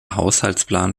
haushaltsplan